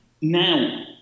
now